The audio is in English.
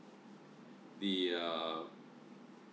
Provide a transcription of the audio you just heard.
the err